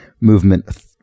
movement